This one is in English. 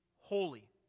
holy